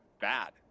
bad